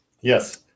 Yes